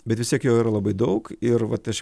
bet vis tiek jo yra labai daug ir vat aš